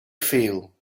feel